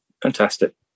fantastic